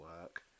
work